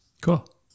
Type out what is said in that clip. cool